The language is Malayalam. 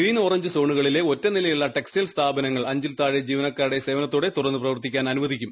ഗ്രീൻ ഓറഞ്ച് സോണുകളിലെ ഒറ്റനിലയിലുള്ള ടെക്സ്റ്റയിൽ സ്ഥാപനങ്ങൾ അഞ്ചിൽ താഴെ ജീവനക്കാരുടെ സേവനത്തോടെ തുറന്നു പ്രവർത്തിക്കാൻ അനുവദിക്കും